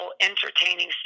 entertaining